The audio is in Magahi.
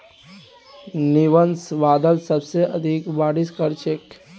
निंबस बादल सबसे अधिक बारिश कर छेक